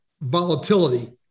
volatility